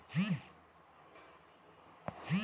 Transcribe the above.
కలుపు తీసే యంత్రం ధర ఎంతుటది?